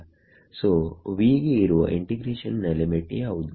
so v ಗೆ ಇರುವ integration ನ ಲಿಮಿಟ್ ಯಾವುದು